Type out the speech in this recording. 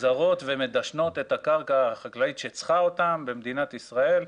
מפוזרות ומדשנות את הקרקע החקלאית שצריכה אותן במדינת ישראל,